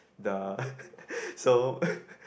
the so